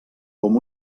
com